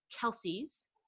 Kelsey's